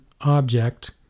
object